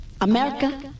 America